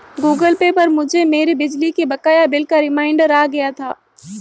Google Pay पर मुझे मेरे बिजली के बकाया बिल का रिमाइन्डर आ गया था